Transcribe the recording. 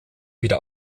wieder